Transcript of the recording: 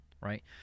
right